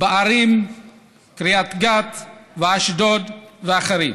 בערים קריית גת ואשדוד ואחרות.